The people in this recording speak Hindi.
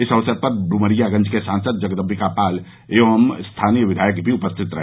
इस अवसर पर इमरियागंज के सांसद जगदम्बिका पाल एवं स्थानीय विधायक भी उपस्थित रहे